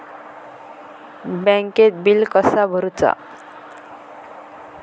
बँकेत बिल कसा भरुचा?